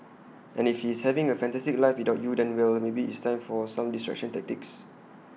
and if he's having A fantastic life without you then well maybe it's time for some distraction tactics